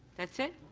that's it.